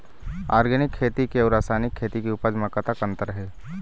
Organic खेती के अउ रासायनिक खेती के उपज म कतक अंतर हे?